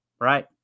right